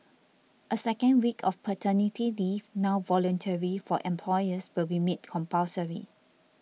a second week of paternity leave now voluntary for employers will be made compulsory